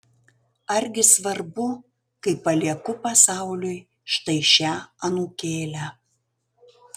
argi svarbu kai palieku pasauliui štai šią anūkėlę